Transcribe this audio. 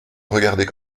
regardez